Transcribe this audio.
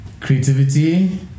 creativity